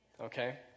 Okay